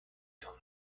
going